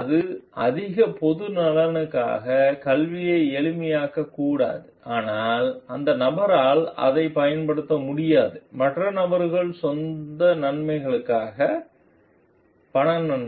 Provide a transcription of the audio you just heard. இது அதிக பொது நலனுக்கான கல்வியை எளிமையாக்கக் கூடாது ஆனால் அந்த நபரால் அதைப் பயன்படுத்த முடியாது மற்ற நபருக்கு சொந்த நன்மைகளுக்காக பண நன்மைகள்